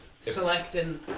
selecting